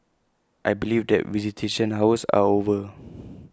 I believe that visitation hours are over